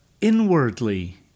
inwardly